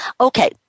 Okay